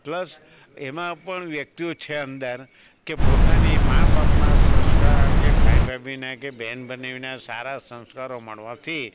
plus એમાં પણ વ્યક્તિઓ છે અંદર કે પોતાની મા બાપનાં સંસ્કાર કે ભાઈ ભાભીનાં કે બેન બેનેવીનાં સારા સંસ્કારો મળવાથી